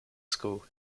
school